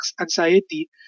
anxiety